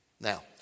Now